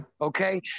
okay